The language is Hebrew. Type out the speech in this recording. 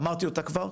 אמרתי אותה כבר,